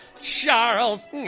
Charles